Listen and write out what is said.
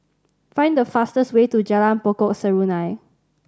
find the fastest way to Jalan Pokok Serunai